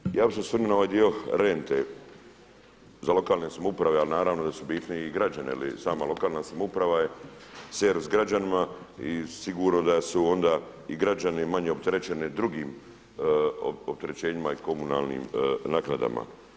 Kolega Vlaović, ja bi se osvrnuo na ovaj dio rente za lokalne samouprave, ali naravno da su bitni i građani jeli sama lokalna samouprava je servis građanima i sigurno da su onda i građani manje opterećeni drugim opterećenjima i komunalnim naknadama.